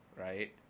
right